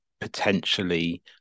potentially